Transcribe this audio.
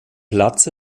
platz